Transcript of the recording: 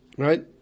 right